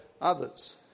others